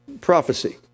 prophecy